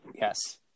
yes